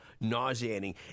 nauseating